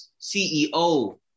CEO